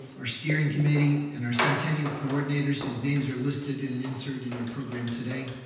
our steering committee, and our centennial coordinators, whose names are listed in an insert in your program today.